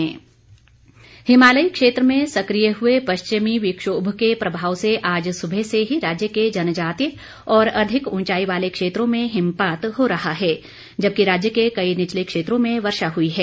मौसम हिमालय क्षेत्र में सक्रिय हुए पश्चिमी विक्षोभ के प्रभाव से आज सुबह से ही राज्य के जनजातिय और अधिक ऊंचाई वाले क्षेत्रों में हिमपात हो रहा है जबकि राज्य के कई निचले क्षेत्रों में वर्षा हुई है